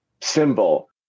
symbol